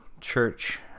church